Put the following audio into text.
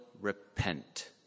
repent